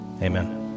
Amen